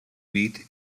meat